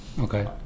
okay